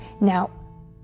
Now